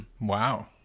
Wow